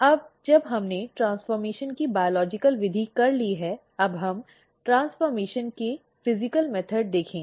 अब जब हमने ट्रेन्स्फ़र्मेशन की बायोलॉजिकल विधि कर ली है अब हम ट्रेन्स्फ़र्मेशन की भौतिक विधि देखेंगे